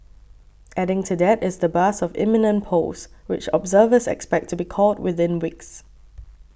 adding to that is the buzz of imminent polls which observers expect to be called within weeks